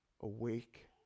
awake